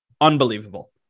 unbelievable